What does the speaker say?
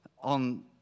on